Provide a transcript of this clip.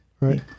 Right